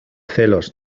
celos